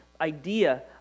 idea